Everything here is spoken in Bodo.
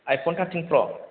आइफन टार्टटिन प्र